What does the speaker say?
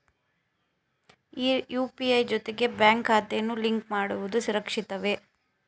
UPI ಜೊತೆಗೆ bank ಖಾತೆಯನ್ನು link ಮಾಡುವುದು ಸುರಕ್ಷಿತವೇ?